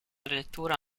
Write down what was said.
lettura